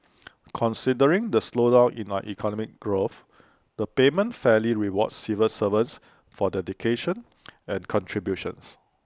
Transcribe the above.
considering the slowdown in our economic growth the payment fairly rewards civil servants for the dedication and contributions